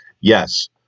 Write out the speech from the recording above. Yes